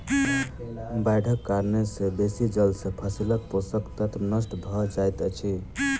बाइढ़क कारणेँ बेसी जल सॅ फसीलक पोषक तत्व नष्ट भअ जाइत अछि